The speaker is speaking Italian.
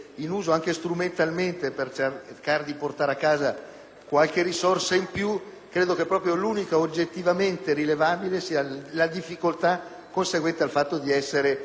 qualche risorsa in più, l'unica oggettivamente rilevabile sia proprio la difficoltà conseguente al fatto di essere isole, quindi circondate dall'acqua.